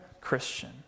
Christian